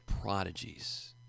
prodigies